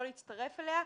לא להצטרף אליה,